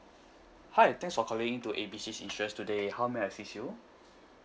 hi thanks for calling to A B C insurance today how may I assist you